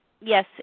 Yes